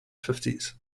fifties